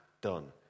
done